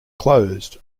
closed